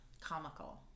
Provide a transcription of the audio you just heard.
comical